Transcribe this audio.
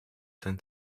zijn